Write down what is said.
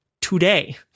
today